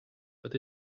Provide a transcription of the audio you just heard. but